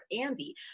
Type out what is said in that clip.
Andy